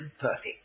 perfect